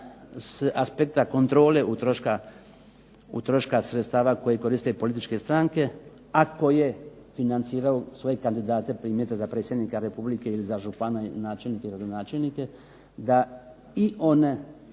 s aspekta kontrole utroška sredstava koji koriste političke stranke, a koje financiraju svoje kandidate primjerice za predsjednika Republike ili za župana, načelnike i gradonačelnike da i one